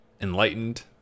enlightened